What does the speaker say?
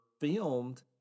filmed